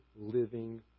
living